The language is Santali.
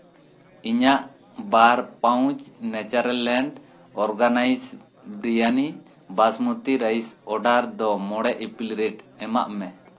ᱤᱧᱟᱹᱜ ᱵᱟᱨ pouch natural land organics biryani basmati rice order ᱫᱚ ᱢᱚᱬᱮ ᱤᱯᱤᱞ ᱨᱮᱴ ᱮᱢᱟᱜ ᱢᱮ